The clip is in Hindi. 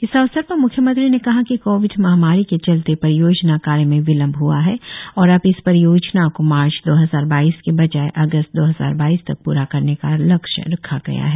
इस अवसर पर मुख्यमंत्री ने कहा कि कोविड महामारी के चलते परियोजना कार्य में विलंब हुआ है और अब इस परियोजना को मार्च दो हजार बाईस के बजाय अगस्त दो हजार बाईस तक पूरा करने का लक्ष्य रखा गया है